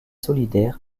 solidaires